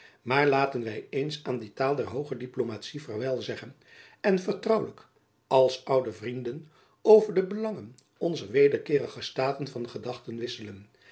maar laten wy eens aan die taal der hooge diplomatie vaarwel zeggen en vertrouwelijk als oude vrienden over de belangen onzer wederkeerige staten van gedachten wisselen